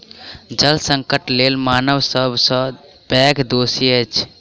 जल संकटक लेल मानव सब सॅ पैघ दोषी अछि